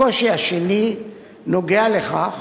הקושי השני נוגע לכך